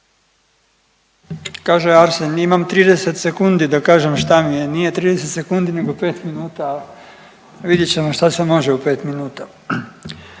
Kaže Arsen imam 30 sekundi da kažem šta mi je, nije 30 sekundi nego 5 minuta, vidjet ćemo šta se može u 5 minuta.